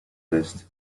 list